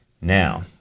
Now